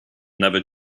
never